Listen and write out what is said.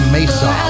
Mesa